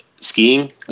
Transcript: skiing